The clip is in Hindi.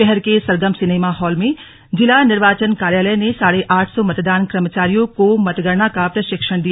शहर के सरगम सिनेमा हॉल में जिला निर्वाचन कार्यालय ने साढे आठ सौ मतदान कर्मचारियों को मतगणना का प्रशिक्षण दिया